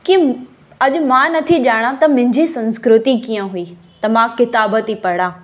की अॼ मां नथी ॼाणा त मुंहिंजी संस्कृती कीअं हुई त मां किताब थी पढ़ा